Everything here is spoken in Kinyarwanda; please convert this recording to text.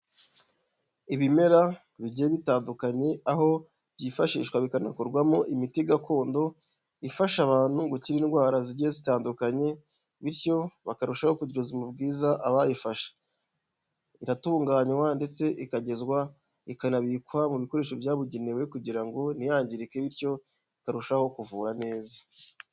Ibimera bigiye bitandukanye aho byifashishwa bikanakorwamo imiti gakondo ifasha abantu gukira indwara zigiye zitandukanye bityo bakarushaho kugira ubuzima bwiza abayifashe. Iratunganywa ndetse ikagezwa, ikanabikwa mu bikoresho byabugenewe kugira ngo ntiyangirike bityo ikarushaho kuvura neza.